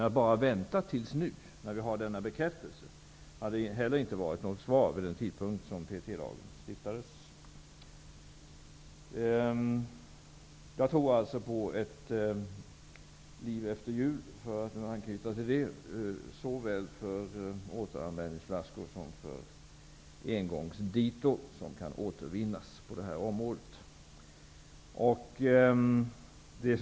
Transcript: Att bara vänta tills nu, när vi har fått denna bekräftelse, skulle inte heller ha utgjort något svar när PET-lagen stiftades. Jag tror på ett liv efter jul för både återanvändningsflaskor och engångsflaskor som kan återvinnas.